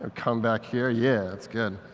come back here. yeah, it's good.